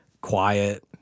quiet